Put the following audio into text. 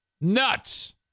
Nuts